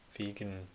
Vegan